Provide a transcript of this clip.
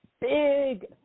Big